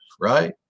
right